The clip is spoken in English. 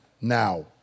now